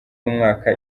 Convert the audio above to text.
w’umwaka